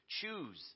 Choose